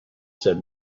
said